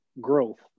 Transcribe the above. growth